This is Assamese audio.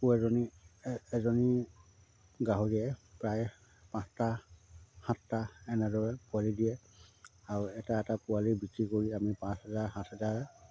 পু এজনী এজনী গাহৰিয়ে প্ৰায় পাঁচটা সাতটা এনেদৰে পোৱালি দিয়ে আৰু এটা এটা পোৱালি বিক্ৰী কৰি আমি পাঁচ হাজাৰ সাত হাজাৰ